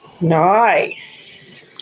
Nice